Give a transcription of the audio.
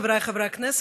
חבריי חברי הכנסת,